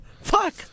Fuck